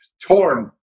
torn